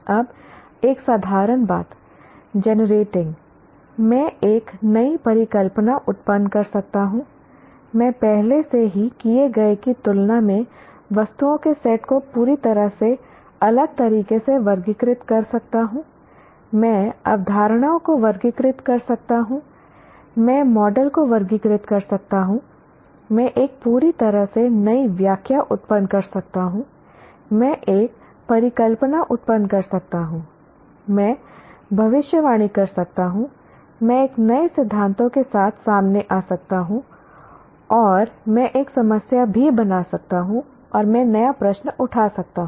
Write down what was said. अब एक साधारण बात जेनरेटिंग मैं एक नई परिकल्पना उत्पन्न कर सकता हूं मैं पहले से ही किए गए की तुलना में वस्तुओं के सेट को पूरी तरह से अलग तरीके से वर्गीकृत कर सकता हूं मैं अवधारणाओं को वर्गीकृत कर सकता हूं मैं मॉडल को वर्गीकृत कर सकता हूं मैं एक पूरी तरह से नई व्याख्या उत्पन्न कर सकता हूं मैं एक परिकल्पना उत्पन्न कर सकता हूं मैं भविष्यवाणी कर सकता हूं मैं एक नए सिद्धांतों के साथ सामने आ सकता हूं और मैं एक समस्या भी बना सकता हूं और मैं नया प्रश्न उठा सकता हूं